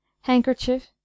handkerchief